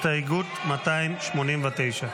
289. הסתייגות 289,